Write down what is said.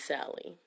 Sally